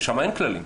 ושם אין כללים.